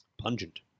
Pungent